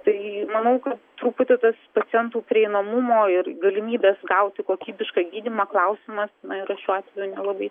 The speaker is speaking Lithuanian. tai manau ka truputį tas pacientų prieinamumo ir galimybės gauti kokybišką gydymą klausimas na yra šiuo atveju nelabai